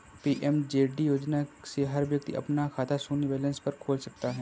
PMJD योजना से हर व्यक्ति अपना खाता शून्य बैलेंस पर खोल सकता है